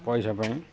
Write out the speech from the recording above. ପଇସା ପାଇଁ